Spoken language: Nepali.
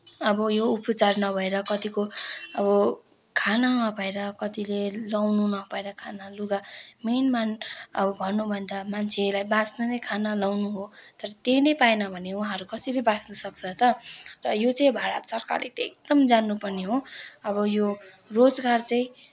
अब यो उपचार नभएर कतिको अब खान नभएर कतिले लाउन नपाएर खाना लुगा मेनमा अब भनौँ भने त अब मान्छेलाई बाँच्न नै खाना लाउनु हो तर त्यही नै पाएन भने उहाँहरू कसरी बाँच्न सक्छ त र यो चाहिँ भारत सरकारले चाहिँ एकदम जान्न पर्ने हो अब यो रोजगार चाहिँ